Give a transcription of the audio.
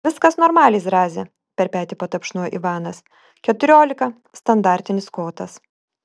viskas normaliai zraze per petį patapšnojo ivanas keturiolika standartinis kotas